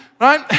right